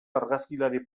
argazkilari